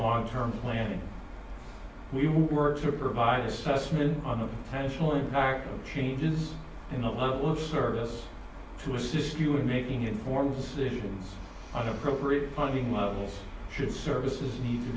long term planning we work to provide assessments on the national impact of changes in the level of service to assist you in making informed decisions on appropriate funding levels should services need to